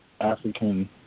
African